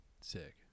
Sick